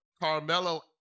Carmelo